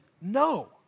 No